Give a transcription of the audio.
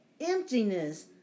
emptiness